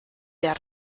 der